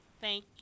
thank